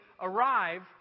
arrive